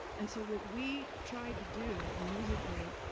and so what we tried to do and musically,